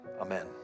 amen